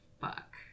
fuck